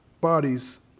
bodies